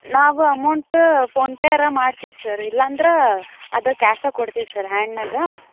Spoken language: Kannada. ನಾವು ಅಮೌಂಟ ಫೋನ್ಪೇ ಅರ ಮಾಡ್ತೀವಿ ಸರ್ ಇಲ್ಲ ಅಂದ್ರೆ ಅದು ಕ್ಯಾಶೇ ಕೊಡ್ತೀವಿ ಸರ್ ಹ್ಯಾಂಡ್ನಾಗ